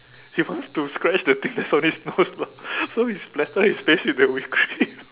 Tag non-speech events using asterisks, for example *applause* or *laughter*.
he wants to scratch the things that's on his nose *laughs* but so he splatter his face with the whipped cream *laughs*